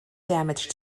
damage